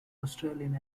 australian